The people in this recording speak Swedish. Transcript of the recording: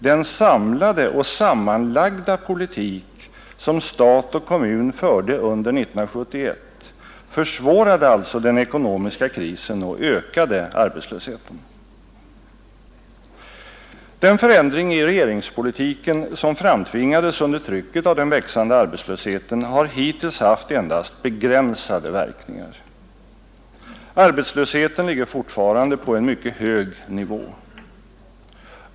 Den samlade och sammanlagda politik som stat och kommun förde under 1971 försvårade alltså den ekonomiska krisen och ökade arbetslösheten. Den förändring i regeringspolitiken som framtvingades under trycket av den växande arbetslösheten har hittills haft endast begränsade verkningar. Arbetslösheten ligger fortfarande på en mycket hög nivå.